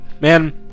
Man